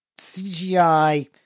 CGI